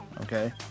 Okay